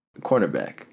cornerback